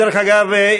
דרך אגב,